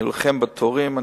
אני אלחם בתורים.